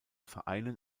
vereinen